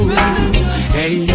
Hey